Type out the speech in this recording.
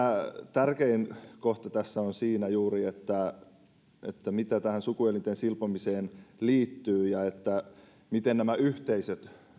tärkein kohta tässä on siinä juuri mitä tähän sukuelinten silpomiseen liittyy kokevatko nämä yhteisöt